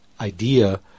idea